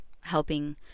helping